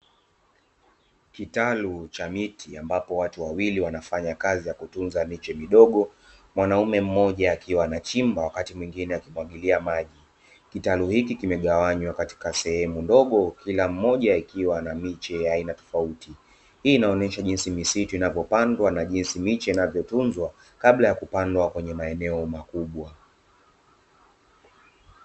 Kitalu cha miti ambapo watu wawili wanafanya kazi ya kutunza miche midogo, mwanaume mmoja akiwa anachimba wakati mwingine akimwagilia maji. Kitalu hiki kimegawanywa katika sehemu ndogo kila moja ikiwa na miche ya aina tofauti. Hii inaonyesha jinsi misitu inavyopandwa na jinsi miche inavyotunzwa kabla ya kupandwa kwenye maeneo makubwa.